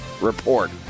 report